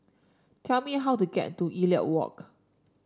tell me how to get to Elliot Walk